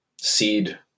seed